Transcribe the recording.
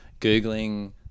Googling